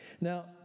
Now